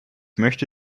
möchte